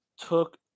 took